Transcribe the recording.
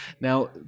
Now